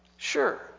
Sure